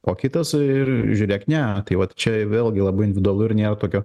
o kitas ir žiūrėk ne tai vat čia vėlgi labai individualu ir nėra tokio